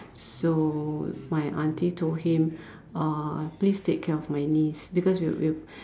so my auntie told him uh please take care of my niece because you you